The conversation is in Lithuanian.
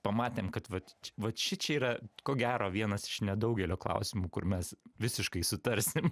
pamatėm kad vat č vat šičia yra ko gero vienas iš nedaugelio klausimų kur mes visiškai sutarsim